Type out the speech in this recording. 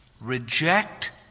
Reject